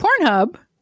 Pornhub